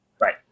Right